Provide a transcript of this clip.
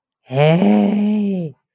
Hey